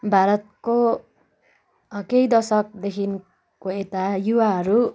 भारतको केही दशकदेखिको यता युवाहरू